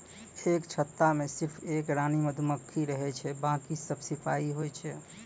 एक छत्ता मॅ सिर्फ एक रानी मधुमक्खी रहै छै बाकी सब सिपाही होय छै